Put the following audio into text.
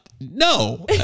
No